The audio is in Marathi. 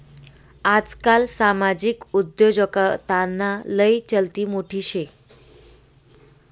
आजकाल सामाजिक उद्योजकताना लय चलती मोठी शे